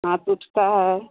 हाथ उठता है